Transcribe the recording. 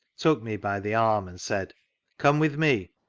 took me by the arm and said come with me.